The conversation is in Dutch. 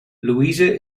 louise